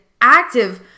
active